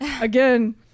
again